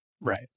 Right